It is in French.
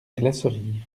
glacerie